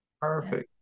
perfect